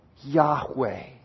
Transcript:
Yahweh